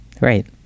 Right